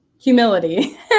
humility